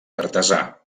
artesà